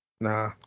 nah